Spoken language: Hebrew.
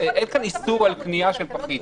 אין כאן איסור על קנייה של פחית,